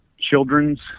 children's